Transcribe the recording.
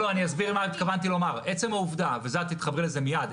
אסביר מה התכוונתי לומר, לזה תתחברי מייד.